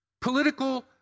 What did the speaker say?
political